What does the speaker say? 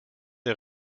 des